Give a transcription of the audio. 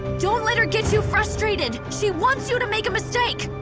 don't let her get you frustrated! she wants you to make a mistake!